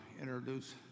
introduce